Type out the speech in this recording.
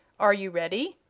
are you ready?